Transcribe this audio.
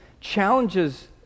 challenges